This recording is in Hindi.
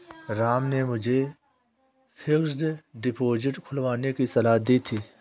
राम ने मुझे फिक्स्ड डिपोजिट खुलवाने की सलाह दी थी